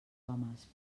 homes